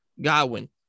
Godwin